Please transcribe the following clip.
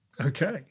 Okay